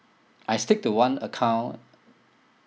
I stick to one account